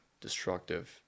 destructive